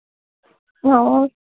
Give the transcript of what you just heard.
ହଁ